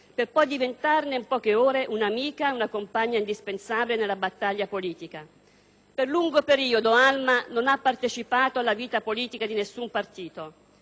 per poi diventarne, in poche ore, un'amica e una compagna indispensabile nella battaglia politica. Per un lungo periodo Alma non ha partecipato alla vita politica di nessun partito.